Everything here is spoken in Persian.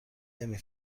نمی